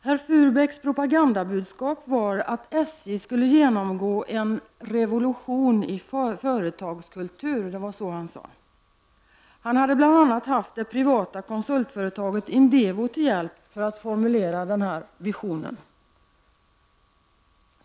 Herr Furbäcks propagandabudskap var att SJ skulle genomgå en ”revolution i företagskultur”. Han hade bl.a. det privata konsultföretaget Indevo till hjälp att formulera denna ”vision”.